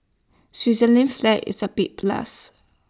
Switzerland's flag is A big plus